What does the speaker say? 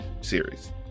series